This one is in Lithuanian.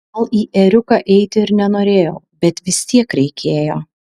gal į ėriuką eiti ir nenorėjau bet vis tiek reikėjo